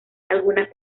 algunas